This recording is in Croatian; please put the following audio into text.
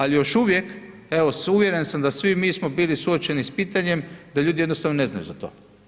Ali još uvijek uvjeren sam da svi mi smo bili suočeni s pitanjem da ljudi jednostavno ne znaju za to.